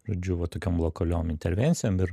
žodžiu va tokiom lokaliom intervencijom ir